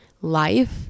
life